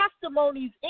testimonies